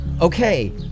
Okay